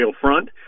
front